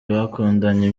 bakundanye